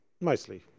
Mostly